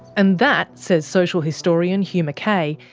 and that, says social historian hugh mackay,